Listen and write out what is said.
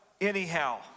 anyhow